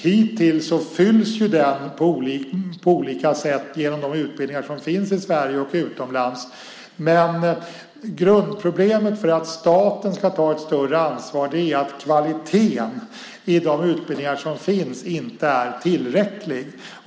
Hittills har den täckts genom de utbildningar som finns i Sverige och utomlands. Grundproblemet när det gäller att staten ska ta ett större ansvar är att kvaliteten i de utbildningar som finns inte är tillräcklig.